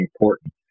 important